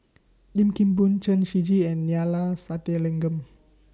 Lim Kim Boon Chen Shiji and Neila Sathyalingam